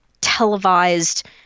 televised